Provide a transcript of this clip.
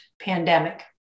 pandemic